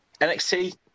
nxt